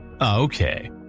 Okay